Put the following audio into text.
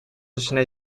эченә